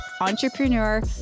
entrepreneur